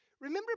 remember